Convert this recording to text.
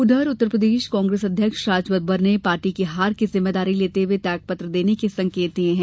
उधर उत्तरप्रदेश कांग्रेस अध्यक्ष राजबब्बर ने पार्टी की हार की जिम्मेदारी लेते हुए त्यागपत्र देने के संकेत दिये हैं